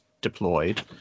deployed